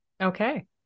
okay